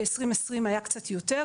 ב-2020 היה כבר יותר,